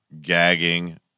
gagging